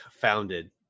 founded